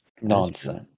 Nonsense